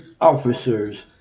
officers